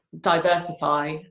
diversify